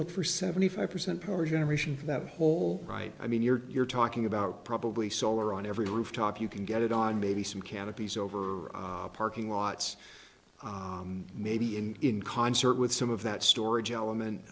look for seventy five percent power generation for that whole right i mean you're talking about probably solar on every rooftop you can get it on maybe some canopies over parking lots maybe in in concert with some of that storage element